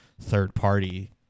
third-party